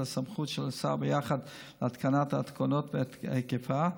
הסמכות של השר ביחס להתקנת התקנות ואת היקפה,